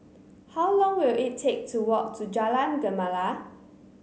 how long will it take to walk to Jalan Gemala